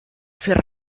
fer